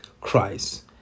Christ